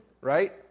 right